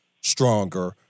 stronger